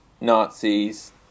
Nazis